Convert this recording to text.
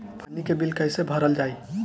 पानी के बिल कैसे भरल जाइ?